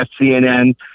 CNN